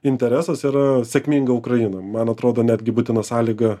interesas yra sėkminga ukraina man atrodo netgi būtina sąlyga